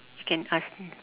I can ask